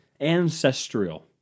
Ancestral